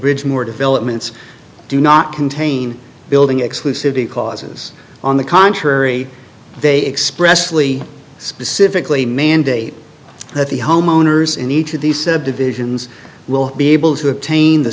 bridge more developments do not contain building exclusively causes on the contrary they express lee specifically mandate that the homeowners in each of these subdivisions will be able to obtain the